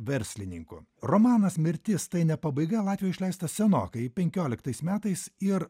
verslininku romanas mirtis tai ne pabaiga latvių išleista senokai penkioliktais metais ir